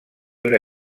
una